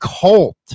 cult